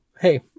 hey